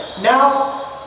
Now